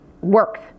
works